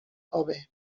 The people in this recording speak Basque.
hobe